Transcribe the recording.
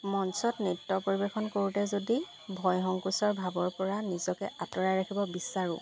মঞ্চত নৃত্য পৰিৱেশন কৰোঁতে যদি ভয় সংকোচৰ ভাৱৰপৰা নিজকে আতঁৰাই ৰাখিব বিচাৰোঁ